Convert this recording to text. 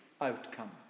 outcome